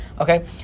Okay